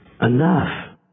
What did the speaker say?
enough